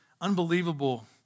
Unbelievable